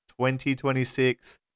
2026